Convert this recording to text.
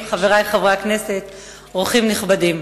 אורחים נכבדים,